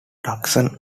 tucson